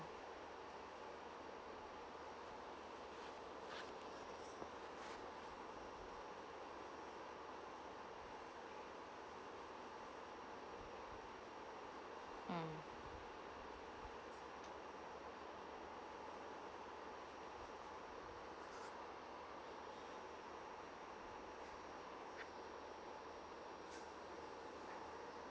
mm